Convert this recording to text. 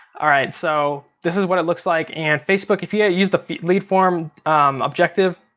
all right, so this is what it looks like. and facebook, if you yeah use the lead form objective,